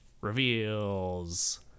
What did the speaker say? reveals